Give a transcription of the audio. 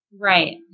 Right